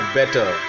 better